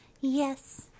Yes